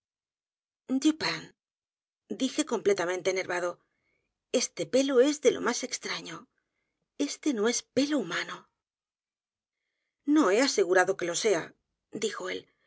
dije completamente enervada este pelo es d é l o más extraño e s t e n o es pelo humano no he asegurado que lo sea dijo él